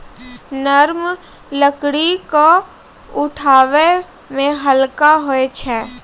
नरम लकड़ी क उठावै मे हल्का होय छै